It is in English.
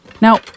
Now